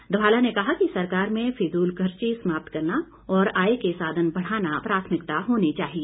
ध्वाला ने कहा कि सरकार में फिजूलखर्ची समाप्त करने और आय के साधन बढ़ाना प्राथमिकता होनी चाहिए